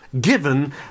given